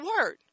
word